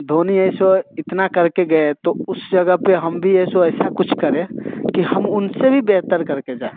धोनी है सो है इतना करके गए तो उस जगह पे हम भी है सो ऐसा कुछ करें कि हम उनसे भी बेहतर करके जाएँ